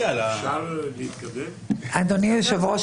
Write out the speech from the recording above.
אדוני היושב-ראש,